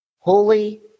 holy